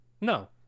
No